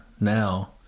now